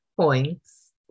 points